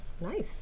Nice